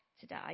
today